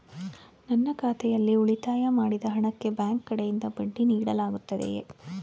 ನನ್ನ ಖಾತೆಯಲ್ಲಿ ಉಳಿತಾಯ ಮಾಡಿದ ಹಣಕ್ಕೆ ಬ್ಯಾಂಕ್ ಕಡೆಯಿಂದ ಬಡ್ಡಿ ನೀಡಲಾಗುತ್ತದೆಯೇ?